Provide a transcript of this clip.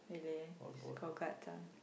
really it's call guts ah